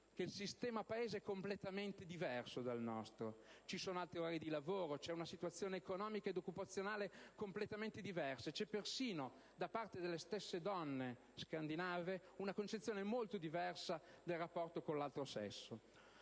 che il sistema Paese è completamente diverso dal nostro. Ci sono altri orari di lavoro, c'è una situazione economica ed occupazionale completamente diversa e c'è persino, da parte delle stesse donne scandinave, una concezione molto diversa del rapporto con l'altro sesso.